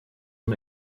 een